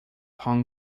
hong